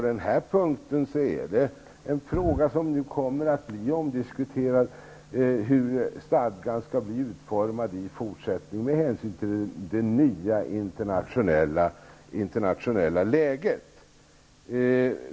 Det kommer att diskuteras hur stadgan skall vara utformad i fortsättningen med hänsyn till det nya internationella läget.